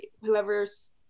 whoever's